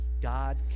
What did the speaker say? God